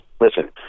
listen